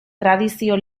tradizio